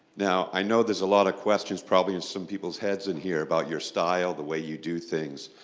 now, i know there's a lot of questions probably in some peoples heads in here about your style, the way you do things,